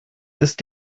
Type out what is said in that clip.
ist